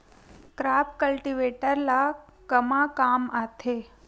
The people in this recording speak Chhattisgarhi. क्रॉप कल्टीवेटर ला कमा काम आथे?